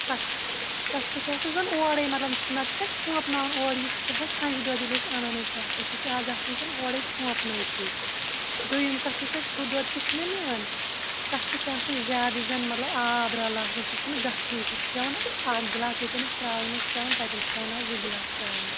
تَتھ تَتھ سُہ چھُ آسان زَن اوڑے مطلب نَتہٕ چھُنا چھُوٚپنَاوَان اورٕ یی سُہ چھُ آسان کھَنجہِ دۄد ییٚلہِ أسۍ اَنان أسۍ آسان سُہ چھُ آز آسَان زَن اورے چھُوٚپنٲیتھٕے دوٚیُم کَتھ یُس اَسہِ ہُہ دۄد تہِ چھِنا نِوان تَتھ تہِ چھِ آسَان زیادٕ زَن مطلب آب رَلہٕ آسان سُہ چھُنہٕ گژھنٕے سُہ چھُ پٮ۪وَن اَکھ گِلاس ییٚتٮ۪ن اَسہِ ترٛاوُن اوس پٮ۪وَان تَتٮ۪ن چھُ پٮ۪وان آز زٕ گِلاس ترٛاوٕنۍ